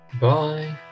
Bye